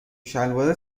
شلوار